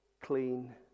clean